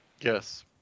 Yes